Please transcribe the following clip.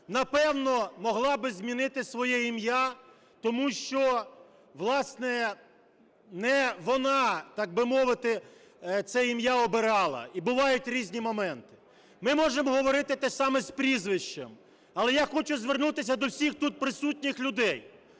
напевно, могла би змінити своє ім'я, тому що, власне, не вона, так би мовити, це ім'я обирала, і бувають різні моменти. Ми можемо говорити те ж саме з прізвищем. Але я хочу звернутися до всіх тут присутніх людей.